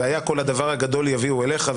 והיה כל הדבר הגדול יביאו אליך,